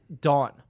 Dawn